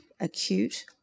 acute